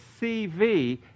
CV